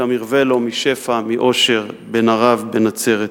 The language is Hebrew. "שם ירווה לו משפע, מאושר, בן ערב, בן נצרת ובני".